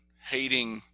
hating